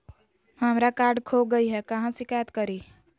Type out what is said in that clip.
हमरा कार्ड खो गई है, कहाँ शिकायत करी?